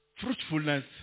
Fruitfulness